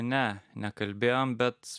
ne nekalbėjom bet